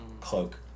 Cloak